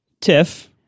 TIFF